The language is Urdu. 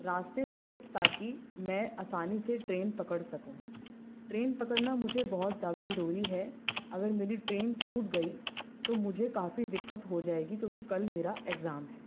راستے سے تاکہ میں آسانی سے ٹرین پکڑ سکوں ٹرین پکڑنا مجھے بہت زیادہ ضروری ہے اگر میری ٹرین چھوٹ گئی تو مجھے کافی دقت ہو جائے گی کیونکہ کل میرا ایگزام ہے